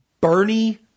Bernie